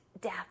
death